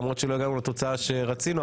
לא הגענו לתוצאה שרצינו,